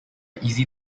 easy